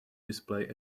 display